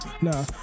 nah